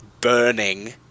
burning